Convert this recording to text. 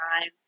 time